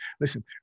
Listen